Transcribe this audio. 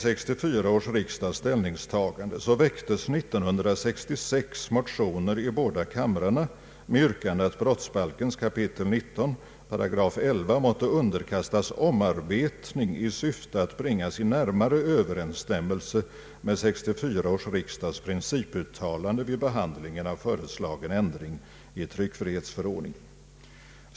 bringas i närmare överensstämmelse med 1964 års riksdags principuttalande vid behandlingen av föreslagen ändring i tryckfrihetsförordningen.